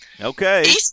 Okay